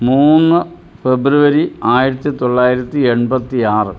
മൂന്ന് ഫെബ്രുവരി ആയിരത്തി തൊള്ളായിരത്തി എൺപത്തി ആറ്